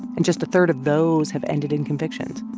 and just a third of those have ended in convictions,